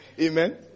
Amen